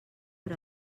per